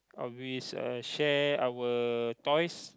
always uh share our toys